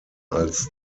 als